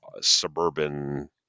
suburban